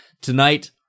tonight